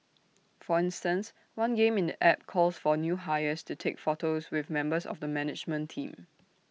for instance one game in the app calls for new hires to take photos with members of the management team